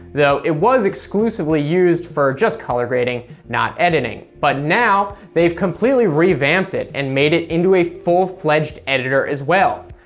though it was exclusively used for just color grading, not editing. but now, they've completely revamped it, and made it into a full fledged editor as well.